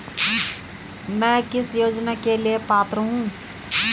मैं किस योजना के लिए पात्र हूँ?